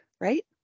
Right